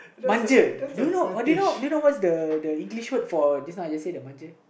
manja do you know do you know do you know what's the the English word for just now I say the manja